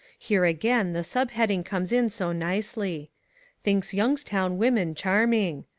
here again the sub-heading comes in so nicely thinks youngstown women charming.